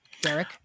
Derek